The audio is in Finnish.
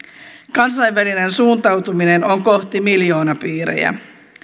kansainvälinen suuntautuminen on kohti miljoonapiirejä